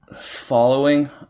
following